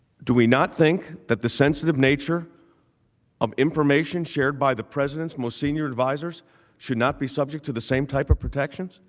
do we not think that the sensitive nature of information shared by the president's most senior advisers should not be subject to the same type of protections